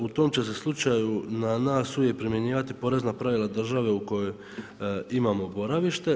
U tom će se slučaju na nas uvijek primjenjivati porezna pravila države u kojoj imamo boravište.